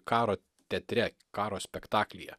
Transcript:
karo teatre karo spektaklyje